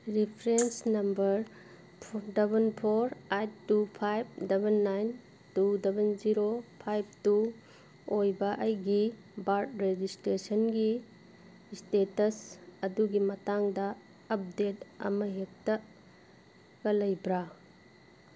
reference number double four eight two five double nine two double zero five two ꯑꯣꯏꯕ ꯑꯩꯒꯤ ꯕꯥꯔꯠ ꯔꯦꯖꯤꯁꯇ꯭ꯔꯦꯁꯟꯒꯤ status ꯑꯗꯨꯒꯤ ꯃꯇꯥꯡꯗ ꯑꯞꯗꯦꯗ ꯑꯃ ꯍꯦꯛꯇꯒ ꯂꯩꯕ꯭ꯔꯥ